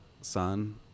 son